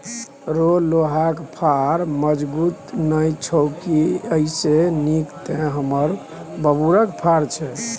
रौ लोहाक फार मजगुत नै छौ की एइसे नीक तँ हमर बबुरक फार छै